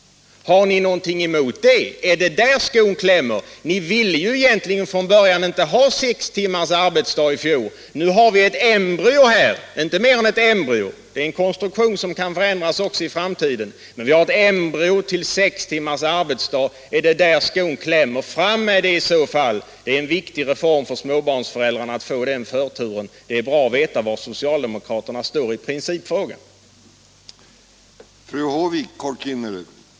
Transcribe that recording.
Har ni någonting emot det? Är det där skon klämmer? Ni ville ju från början inte ha sex timmars arbetsdag i fjol. Vi har här inte mer än ett embryo. Detta är en konstruktion som kan förändras i framtiden. Är det i frågan om sex timmars arbetsdag som skon klämmer, så tala om det. Detta är en viktig reform för småbarnsföräldrarna, och det vore — Nr 133 bra att få veta var socialdemokraterna står i principfrågan.